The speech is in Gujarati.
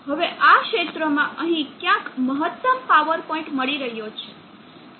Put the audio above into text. હવે આ ક્ષેત્રમાં અહીં ક્યાંક મહત્તમ પાવર પોઇન્ટ મળી રહ્યો છે